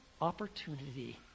opportunity